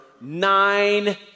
nine